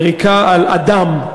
שיריקה על אדם,